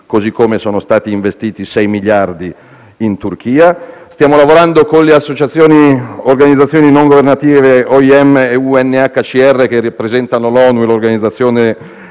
così come sono stati investiti 6 miliardi in Turchia. Stiamo lavorando con le organizzazioni non governative OIM e UNHCR, che rappresentano l'Organizzazione